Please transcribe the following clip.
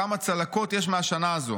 כמה צלקות יש מהשנה הזו.